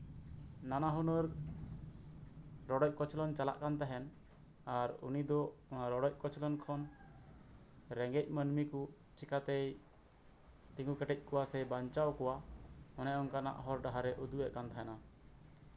ᱱᱟᱱᱟᱦᱩᱱᱟᱹᱨ ᱨᱚᱰᱚᱡ ᱠᱚᱪᱞᱚᱱ ᱪᱟᱞᱟᱜ ᱠᱟᱱ ᱛᱟᱦᱮᱸᱱ ᱟᱨ ᱩᱱᱤ ᱫᱚ ᱨᱚᱰᱚᱡ ᱠᱚᱪᱞᱚᱱ ᱠᱷᱚᱱ ᱨᱮᱸᱜᱮᱡ ᱢᱟᱹᱱᱢᱤ ᱠᱚ ᱪᱮᱠᱟᱛᱮᱭ ᱛᱤᱸᱜᱩ ᱠᱮᱴᱮᱡ ᱠᱚᱣᱟ ᱥᱮᱭ ᱵᱟᱧᱪᱟᱣ ᱠᱚᱣᱟ ᱚᱱᱮ ᱚᱱᱠᱟᱱᱟᱜ ᱦᱚᱨᱼᱰᱟᱦᱟᱨᱮᱭ ᱩᱩᱫᱩᱜ ᱮᱫ ᱠᱟᱱ ᱛᱟᱦᱮᱸᱱᱟ